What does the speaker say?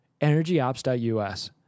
EnergyOps.us